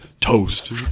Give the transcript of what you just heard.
toast